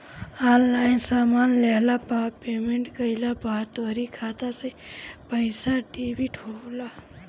online सामान लेहला पअ पेमेंट कइला पअ तोहरी खाता से पईसा डेबिट होला